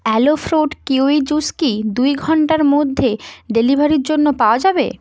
aloe fruit kiwi juice কি দুই ঘন্টার মধ্যে ডেলিভারির জন্য পাওয়া যাবে